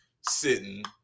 sitting